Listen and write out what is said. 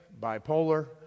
bipolar